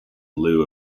lieu